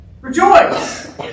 rejoice